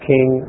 King